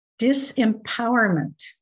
Disempowerment